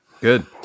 Good